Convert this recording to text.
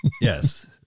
Yes